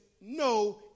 no